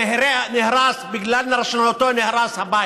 נהרס, בגלל רשלנותו נהרס הבית.